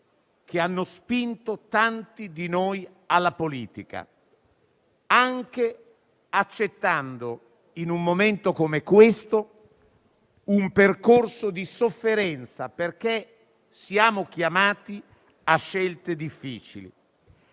che hanno spinto tanti di noi alla politica, anche accettando, in un momento come questo, un percorso di sofferenza, perché siamo chiamati a scelte difficili.